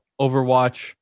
overwatch